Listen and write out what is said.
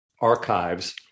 archives